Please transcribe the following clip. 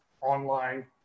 online